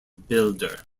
builder